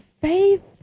faith